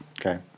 Okay